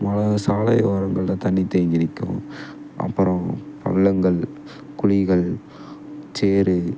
மழ சாலை ஓரங்களில் தண்ணி தேங்கி நிற்கும் அப்புறம் பள்ளங்கள் குழிகள் சேறு